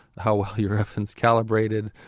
how your oven is calibrated,